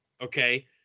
Okay